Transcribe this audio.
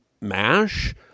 MASH